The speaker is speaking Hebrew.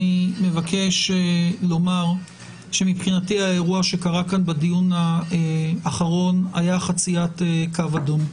אני מבקש לומר שמבחינתי האירוע שקרה כן בדיון האחרון היה חציית קו אדום.